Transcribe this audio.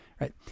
right